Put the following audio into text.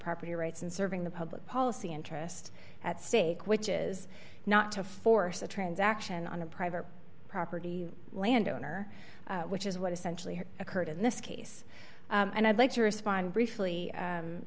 property rights and serving the public policy interest at stake which is not to force a transaction on a private property landowner which is what essentially has occurred in this case and i'd like to respond briefly